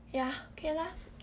ya okay lah